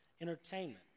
entertainment